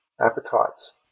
appetites